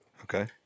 Okay